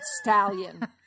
stallion